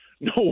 No